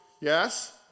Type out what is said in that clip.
yes